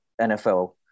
NFL